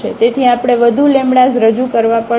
તેથી આપણે વધુ લેમ્બડાસ રજૂ કરવા પડશે